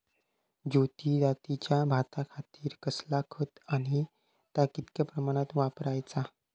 ज्योती जातीच्या भाताखातीर कसला खत आणि ता कितक्या प्रमाणात वापराचा?